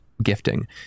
Gifting